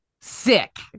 Sick